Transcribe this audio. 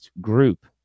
group